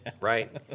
right